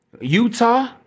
Utah